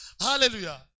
Hallelujah